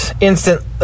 instant